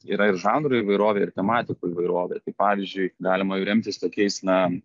yra ir žanrų įvairovė ir tematikų įvairovė pavyzdžiui galima remtis tokiais na